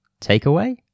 takeaway